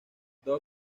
dog